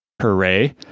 hooray